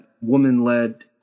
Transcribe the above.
woman-led